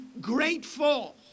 grateful